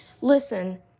Listen